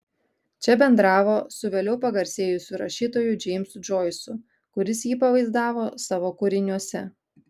čia bendravo su vėliau pagarsėjusiu rašytoju džeimsu džoisu kuris jį pavaizdavo savo kūriniuose